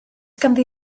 ganddi